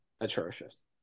atrocious